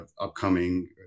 upcoming